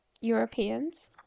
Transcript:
Europeans